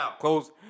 close